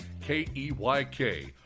K-E-Y-K